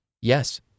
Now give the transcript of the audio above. Yes